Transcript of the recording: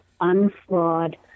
unflawed